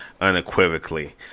unequivocally